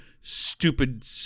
stupid